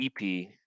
EP